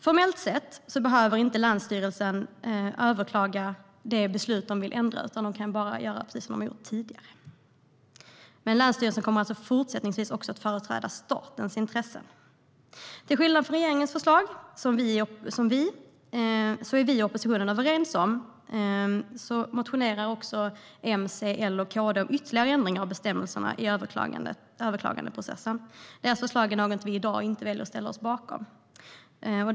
Formellt sett behöver inte länsstyrelsen överklaga det beslut de vill ändra, utan de kan bara göra precis som de har gjort tidigare. Länsstyrelsen kommer alltså också fortsättningsvis att företräda statens intressen. Utöver regeringens förslag, som vi och oppositionen är överens om, motionerar också M, C, L och KD om ytterligare ändringar av bestämmelserna i överklagandeprocessen. Deras förslag är något vi i dag inte väljer att ställa oss bakom.